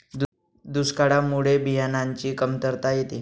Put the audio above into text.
दुष्काळामुळे बियाणांची कमतरता येते